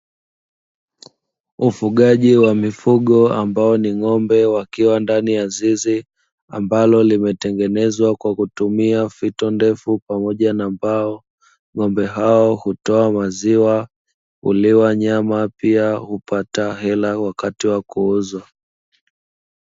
Ufugaji wa mifugo ambao ni ng'ombe wakiwa ndani ya zizi, ambalo limetengenezwa kwa kutumia fito ndefu pamoja na mbao. Ng'ombe hao hutoa maziwa, huliwa nyama, pia hupata hela wakati wa kuuzwa.